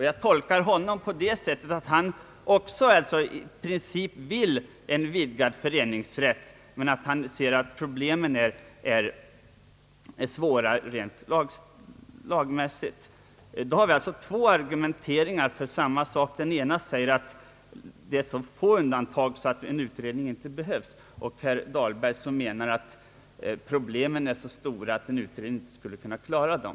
Jag tolkar herr Dahlberg på det sättet att han också i princip vill en vidgad föreningsrätt, men att han anser att problemet är svårt rent lagtekniskt. Då har man alltså två argumenteringar för samma avslag. Den ena säger att det är så få undantag att en utredning inte behövs. Den andra motiveringen, herr Dahlbergs, går ut på att problemen är så stora att en utredning inte skulle kunna klara dem.